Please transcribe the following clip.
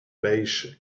beige